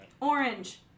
orange